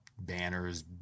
banners